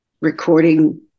recording